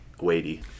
weighty